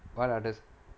what others